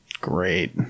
Great